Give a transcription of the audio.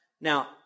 Now